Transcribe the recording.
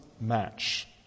match